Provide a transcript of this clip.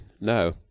No